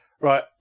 right